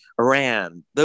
Iran